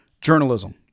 journalism